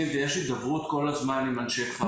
ויש הידברות כל הזמן עם אנשי כפר שלם.